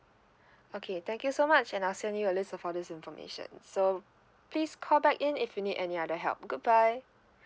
okay thank you so much and I'll send you a list of all these information so please call back in if you need any other help goodbye